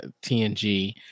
TNG